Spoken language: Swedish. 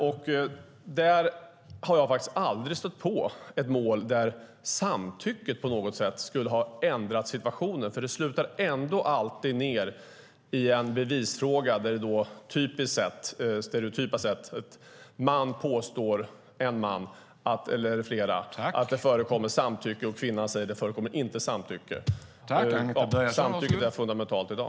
Jag har faktiskt aldrig stött på ett mål där samtycke på något sätt skulle ha ändrat situationen, för det slutar ändå alltid i en bevisfråga där, i det stereotypa fallet, en man eller flera män säger att det har funnits samtycke medan kvinnan säger att det inte funnits. Samtycket är fundamentalt i dag.